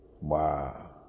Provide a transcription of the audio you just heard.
Wow